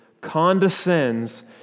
condescends